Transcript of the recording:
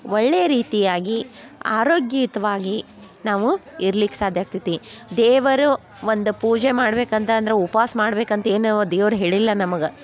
ಒಳ್ಳೆಯ ರೀತಿಯಾಗಿ ಆರೋಗ್ಯಯುತ್ವಾಗಿ ನಾವು ಇರ್ಲಿಕ್ಕೆ ಸಾಧ್ಯ ಆಗ್ತೈತಿ ದೇವರು ಒಂದು ಪೂಜೆ ಮಾಡ್ಬೇಕು ಅಂತಂದ್ರ ಉಪ್ವಾಸ ಮಾಡ್ಬೇಕು ಅಂತೇನೂ ದೇವ್ರು ಹೇಳಿಲ್ಲ ನಮಗೆ